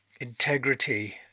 integrity